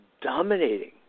dominating